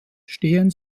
stehen